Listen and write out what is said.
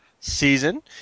season